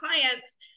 clients